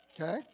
Okay